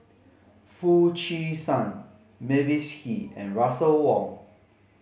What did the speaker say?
Foo Chee San Mavis Hee and Russel Wong